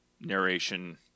narration